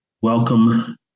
Welcome